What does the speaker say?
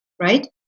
right